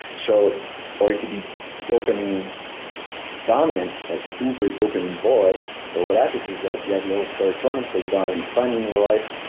so or it could be dopamine dominant, like uber dopamine boy but what happens is you have no serotonin so you don't have any fun in your life.